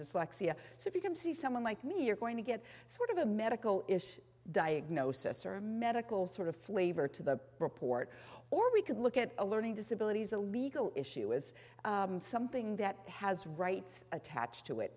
dyslexia so if you can see someone like me you're going to get sort of a medical issue diagnosis or a medical sort of flavor to the report or we could look at a learning disability a legal issue is something that has rights attached